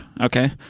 okay